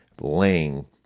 laying